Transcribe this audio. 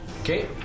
Okay